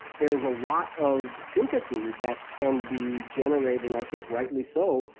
there's a lot of sympathy that can be generated, and i think rightly so,